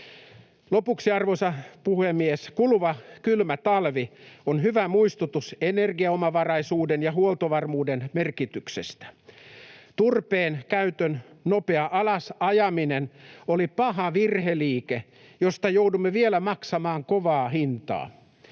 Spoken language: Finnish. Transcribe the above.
Lopuksi, arvoisa puhemies: Kuluva kylmä talvi on hyvä muistutus energiaomavaraisuuden ja huoltovarmuuden merkityksestä. Turpeen käytön nopea alasajaminen oli paha virheliike, josta joudumme vielä maksamaan kovaa hintaa.